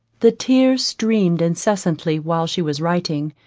the tears streamed incessantly while she was writing,